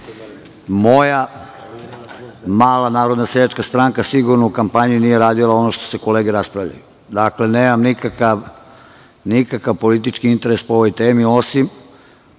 moja mala Narodna seljačka stranka sigurno u kampanji nije radila ono o čemu su kolege raspravljale. Dakle, nemam nikakv politički interes po ovoj temi, osim